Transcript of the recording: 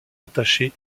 attaché